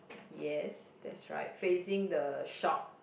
yes that's right facing the shop